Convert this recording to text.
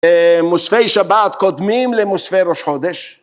מוספי שבת קודמים למוספי ראש חודש